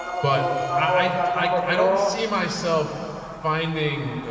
but i don't see myself finding,